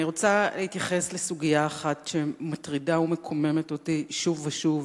אני מבקשת להתייחס לסוגיה אחת שמטרידה ומקוממת אותי שוב ושוב,